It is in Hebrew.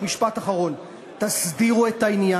אני מבקש רק משפט אחרון: תסדירו את העניין,